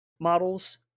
models